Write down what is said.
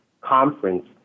conference